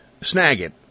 Snagit